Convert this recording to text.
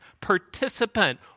participant